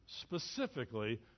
specifically